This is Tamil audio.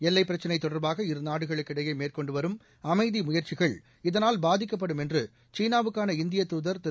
எல்லைப் பிரச்சினைதொடர்பாக இருநாடுகளுக்கிடையேமேற்கொண்டுவரும் அமைதிமுயற்சிகள் இதனால் பாதிக்கப்படும் என்றுசீனாவுக்காக இந்திய தூதர் திரு